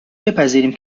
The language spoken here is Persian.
بپذیریم